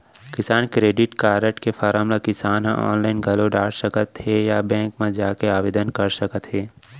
किसान credit card के form ल किसान ह आनलाइन घलौ डार सकत हें या बेंक म जाके आवेदन कर सकत हे